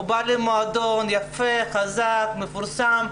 שבא למועדון יפה חזק מפורסם,